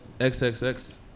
XXX